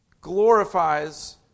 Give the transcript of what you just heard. glorifies